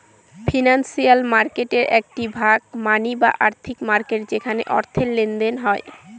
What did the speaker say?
financial মার্কেটের একটি ভাগ মানি বা আর্থিক মার্কেট যেখানে অর্থের লেনদেন হয়